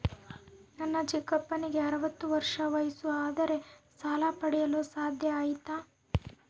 ನನ್ನ ಚಿಕ್ಕಪ್ಪನಿಗೆ ಅರವತ್ತು ವರ್ಷ ವಯಸ್ಸು ಆದರೆ ಸಾಲ ಪಡೆಯಲು ಸಾಧ್ಯ ಐತಾ?